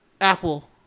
Apple